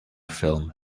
film